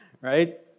right